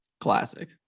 classic